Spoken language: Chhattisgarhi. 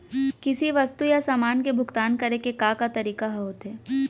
किसी वस्तु या समान के भुगतान करे के का का तरीका ह होथे?